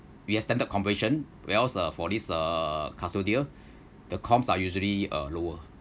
we extended commission where else uh for this uh custodial the comms are usually uh lower